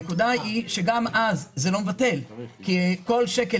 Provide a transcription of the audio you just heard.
הנקודה היא שגם אז זה לא מבטל כי כל שקל